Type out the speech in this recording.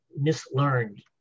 mislearned